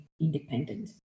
independent